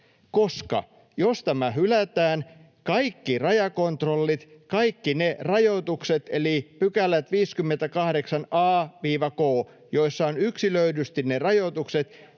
Jos tämä hylätään, kaikki rajakontrollit, kaikki ne rajoitukset eli 58 a—k §, joissa on yksilöidysti ne rajoitukset,